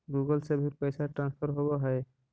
Google से भी पैसा ट्रांसफर होवहै?